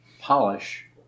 polish